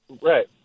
right